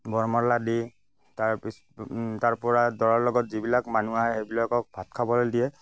বৰমালা দি তাৰ পিছ তাৰ পৰা দৰাৰ লগত যিবিলাক মানুহ আহে সেইবিলাকক ভাত খাবলৈ দিয়ে